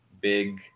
big